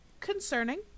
concerning